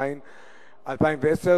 התש"ע 2010,